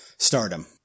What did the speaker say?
Stardom